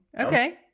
Okay